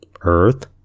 earth